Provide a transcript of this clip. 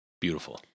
Beautiful